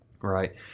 right